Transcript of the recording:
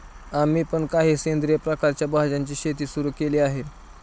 आम्ही पण काही सेंद्रिय प्रकारच्या भाज्यांची शेती सुरू केली आहे